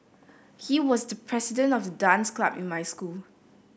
he was the president of the dance club in my school